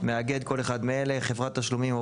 "מאגד" כל אחד מאלה: חברת תשלומים או